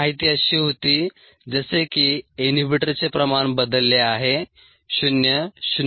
माहिती अशी होती जसे की इनहिबिटरचे प्रमाण बदलले आहे 0 0